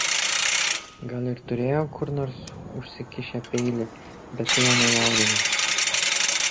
gal ir turėjo kur nors užsikišę peilį bet tai jo nejaudino